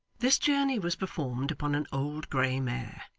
this journey was performed upon an old grey mare,